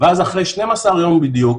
ואז אחרי 12 יום בדיוק,